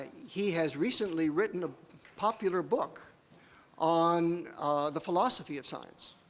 he has recently written a popular book on the philosophy of science,